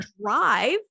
Drive